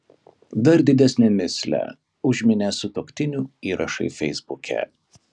dar didesnę mįslę užminė sutuoktinių įrašai feisbuke